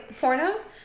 pornos